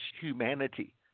humanity